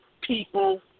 people